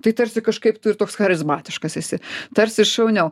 tai tarsi kažkaip tu ir toks charizmatiškas esi tarsi šauniau